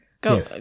Go